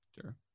Sure